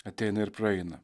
ateina ir praeina